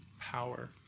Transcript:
power